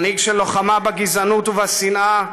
מנהיג של לוחמה בגזענות ובשנאה.